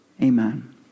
Amen